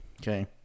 Okay